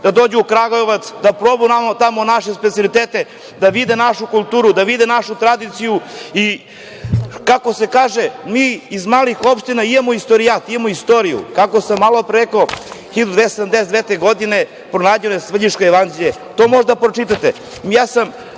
da dođu u Kragujevac, da probaju tamo naše specijalitete, da vide našu kulturu, da vide našu tradiciju i, kako se kaže, mi iz malih opština imamo istorijat, imamo istoriju. Kako sam malopre rekao, 1297. godine pronađeno je „Svrljiško jevanđelje“. To možete da pročitate.